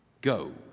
Go